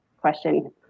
question